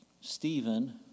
Stephen